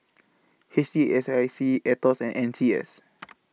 H T S C I Aetos and N C S